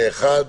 פה אחד.